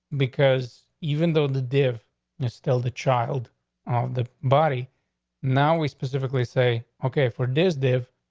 because even though the dev is still the child on the body now, we specifically say okay for days, dave,